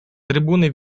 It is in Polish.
trybuny